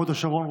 הוד השרון,